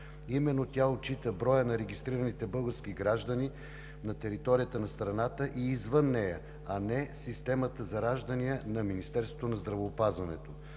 Именно тя отчита броя на регистрираните български граждани на територията на страната и извън нея, а не системата за раждания на Министерството на здравеопазването.